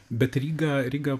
bet ryga ryga